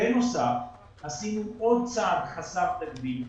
בנוסף עשינו עוד צעד חסר תקדים.